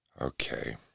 Okay